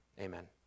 Amen